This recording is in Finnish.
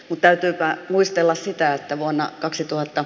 mutta kelpaa muistella sitä että vuonna kaksituhatta